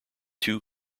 two